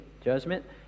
judgment